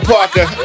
Parker